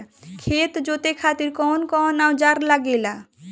खेत जोते खातीर कउन कउन औजार लागेला?